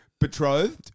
betrothed